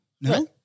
No